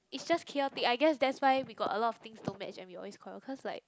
it's just chaotic I guess that's why we got a lot of things don't match and we always quarrel because like